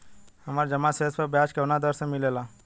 हमार जमा शेष पर ब्याज कवना दर से मिल ता?